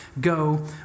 go